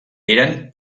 eren